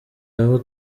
aho